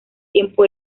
tiempo